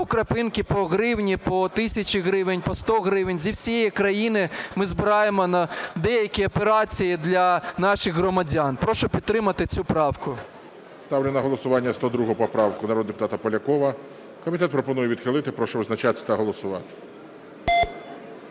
по краплинці, по гривні, по 1 тисячі гривень, по 100 гривень зі всієї країни ми збираємо на деякі операції для наших громадян. Прошу підтримати цю правку. ГОЛОВУЮЧИЙ. Ставлю на голосування 102 поправку народного депутата Полякова. Комітет пропонує відхилити. Прошу визначатись та голосувати.